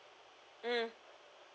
mm